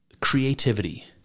creativity